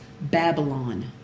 Babylon